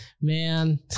man